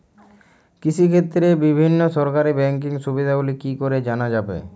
কৃষিক্ষেত্রে বিভিন্ন সরকারি ব্যকিং সুবিধাগুলি কি করে জানা যাবে?